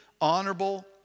honorable